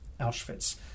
Auschwitz